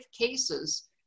cases